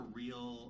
real